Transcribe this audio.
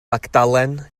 magdalen